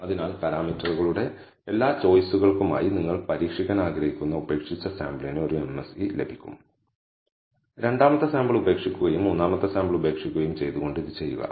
അതിനാൽ പാരാമീറ്ററുകളുടെ എല്ലാ ചോയിസുകൾക്കുമായി നിങ്ങൾ പരീക്ഷിക്കാൻ ആഗ്രഹിക്കുന്ന ഉപേക്ഷിച്ച സാമ്പിളിന് ഒരു MSE ലഭിക്കും രണ്ടാമത്തെ സാമ്പിൾ ഉപേക്ഷിക്കുകയും മൂന്നാമത്തെ സാമ്പിൾ ഉപേക്ഷിക്കുകയും ചെയ്തുകൊണ്ട് ഇത് ചെയ്യുക